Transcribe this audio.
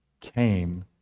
came